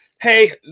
hey